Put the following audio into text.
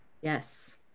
Yes